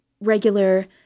regular